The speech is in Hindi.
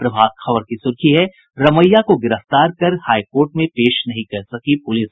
प्रभात खबर की सुर्खी है रमैया को गिरफ्तार कर हाईकोर्ट में पेश नहीं कर सकी पुलिस